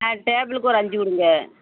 ஆ டேபிளுக்கு ஒரு அஞ்சு கொடுங்க